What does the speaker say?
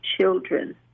children